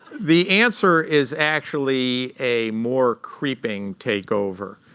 the answer is actually a more creeping takeover.